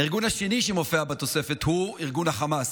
הארגון השני שמופיע בתוספת הוא ארגון החמאס,